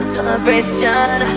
Celebration